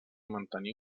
mantenir